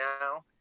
now